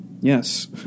Yes